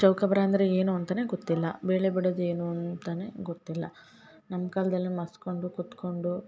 ಚೌಕಾಬಾರ ಅಂದರೆ ಏನು ಅಂತನೆ ಗೊತ್ತಿಲ್ಲ ಬೇಳೆ ಬಿಡೋದು ಏನು ಅಂತನೆ ಗೊತ್ತಿಲ್ಲ ನಮ್ಮ ಕಾಲ್ದಲ್ಲೆ ಮಸ್ಕೊಂಡು ಕುತ್ಕೊಂಡು